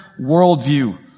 worldview